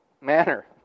manner